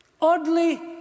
Oddly